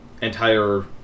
entire